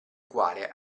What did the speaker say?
quale